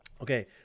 Okay